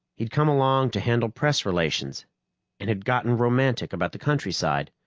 he'd come along to handle press relations and had gotten romantic about the countryside,